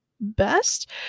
best